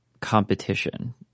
competition